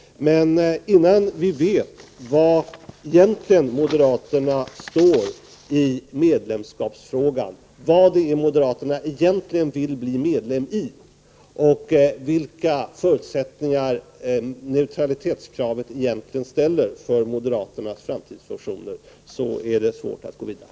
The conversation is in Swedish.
Men innan vi vet var moderaterna egentligen står i medlemskapsfrågan, vad det är moderaterna egentligen vill att Sverige skall bli medlem i och vilka förutsättningar neutralitetskravet egentligen ger för moderaternas framtidsvisioner är det svårt att gå vidare.